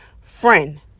friend